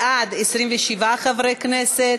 בעד, 27 חברי כנסת,